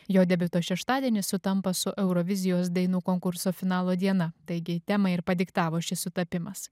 jo debiuto šeštadienis sutampa su eurovizijos dainų konkurso finalo diena taigi temą ir padiktavo šis sutapimas